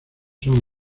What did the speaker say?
son